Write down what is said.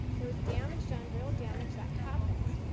there was damage done, real damage that happened.